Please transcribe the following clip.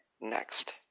next